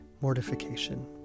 mortification